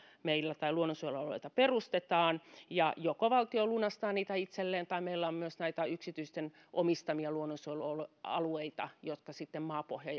meillä perustetaan joko valtio lunastaa niitä itselleen tai meillä on myös näitä yksityisten omistamia luonnonsuojelualueita joissa sitten maapohja